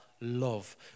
Love